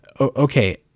okay